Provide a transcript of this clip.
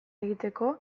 egiteko